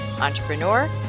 entrepreneur